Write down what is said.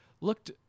looked